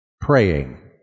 Praying